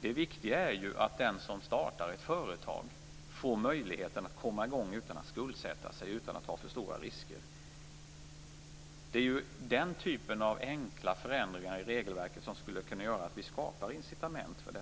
Det viktiga är att den som startar ett företag får möjligheten att komma i gång utan att skuldsätta sig och ta för stora risker. Den typen av enkla förändringar i regelverket skulle kunna skapa incitament för